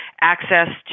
access